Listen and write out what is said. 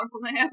man